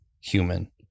human